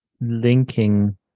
linking